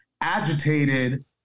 agitated